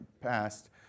past